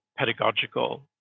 pedagogical